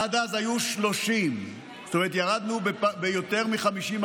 עד אז היו 30, זאת אומרת, ירדנו ביותר מ-50%